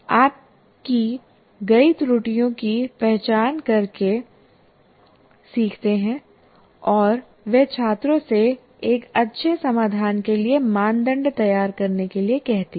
आप की गई त्रुटियों की पहचान करके सीखते हैं और वह छात्रों से एक अच्छे समाधान के लिए मानदंड तैयार करने के लिए कहती है